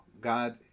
God